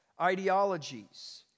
ideologies